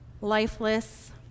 lifeless